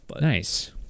Nice